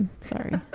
Sorry